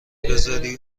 بزاری